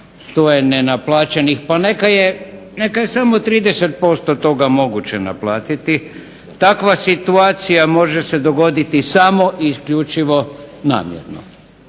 stoje nenaplaćenih, pa neka je samo 30% toga moguće naplatiti takva situacija može se dogoditi samo i isključivo namjerno.